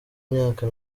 imyaka